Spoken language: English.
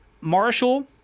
Marshall